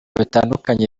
bitandukanye